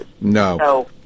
No